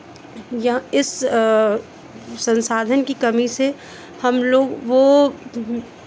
यहाँ इस संसाधन की कमी से हम लोग वो